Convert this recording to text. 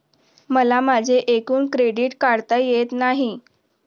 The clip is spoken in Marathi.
मला माझे एकूण क्रेडिट काढता येत नाही